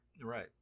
Right